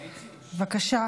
בבקשה.